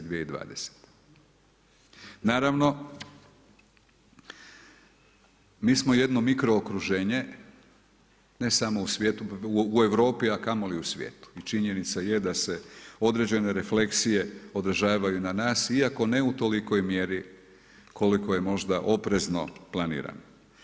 Naravno mi smo jedno mikro okruženje ne samo u Europi, a kamoli u svijetu i činjenica je da se određene refleksije odražavaju na nas iako ne u tolikoj mjeri koliko je možda oprezno planirano.